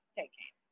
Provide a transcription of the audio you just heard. taking